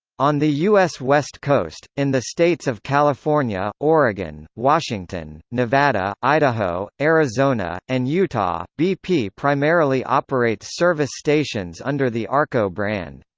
on the us west coast, in the states of california, oregon, washington, nevada, idaho, arizona, and utah, bp primarily operates service stations under the arco brand.